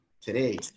today